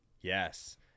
Yes